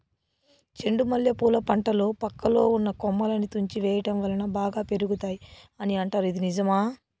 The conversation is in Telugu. చెండు మల్లె పూల పంటలో పక్కలో ఉన్న కొమ్మలని తుంచి వేయటం వలన బాగా పెరుగుతాయి అని అంటారు ఇది నిజమా?